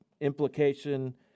implication